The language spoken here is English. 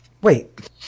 Wait